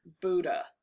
Buddha